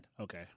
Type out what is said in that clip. Okay